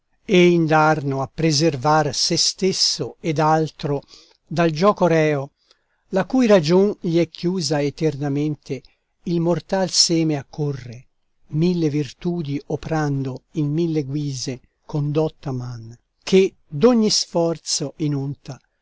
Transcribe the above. e indarno a preservar se stesso ed altro dal gioco reo la cui ragion gli è chiusa eternamente il mortal seme accorre mille virtudi oprando in mille guise con dotta man che d'ogni sforzo in onta